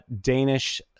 danish